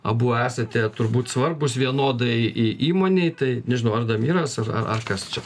abu esate turbūt svarbūs vienodai į įmonei tai nežinau ar damiras ar ar ar kas čia